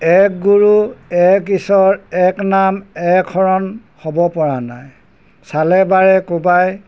এক গুৰু এক ঈশ্বৰ এক নাম এক শৰণ হ'ব পৰা নাই চালে বেৰে কোবাই